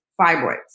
fibroids